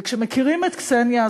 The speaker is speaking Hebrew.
וכשמכירים את קסניה,